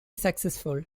successful